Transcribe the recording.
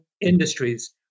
Industries